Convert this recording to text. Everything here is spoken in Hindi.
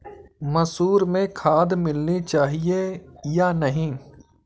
मसूर में खाद मिलनी चाहिए या नहीं?